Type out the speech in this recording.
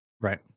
Right